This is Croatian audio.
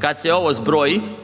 kad se ovo zbroji,